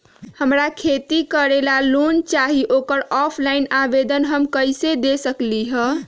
हमरा खेती करेला लोन चाहि ओकर ऑफलाइन आवेदन हम कईसे दे सकलि ह?